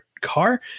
car